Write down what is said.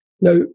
Now